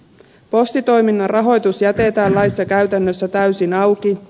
postitoiminnan rahoitus jätetään laissa käytännössä täysin auki